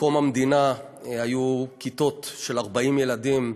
מקום המדינה היו כיתות של 40 ילדים,